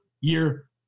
year